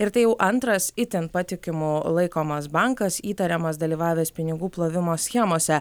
ir tai jau antras itin patikimu laikomas bankas įtariamas dalyvavęs pinigų plovimo schemose